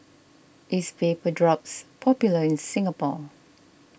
is Vapodrops popular in Singapore